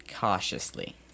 Cautiously